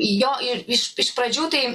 jo ir iš iš pradžių tai